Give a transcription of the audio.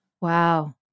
Wow